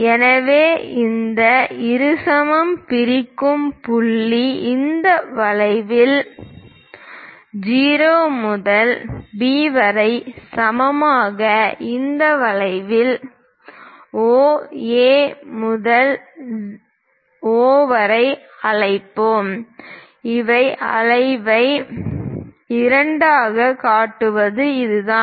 எனவே இந்த இருசமரம் பிரிக்கும் புள்ளி இந்த வளைவில் O முதல் B வரை சமமாக இந்த வளைவில் O A to O என்று அழைப்போம் ஒரு வளைவை இரண்டாகக் கட்டுவது இதுதான்